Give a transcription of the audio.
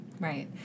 Right